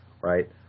right